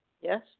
Yes